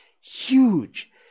huge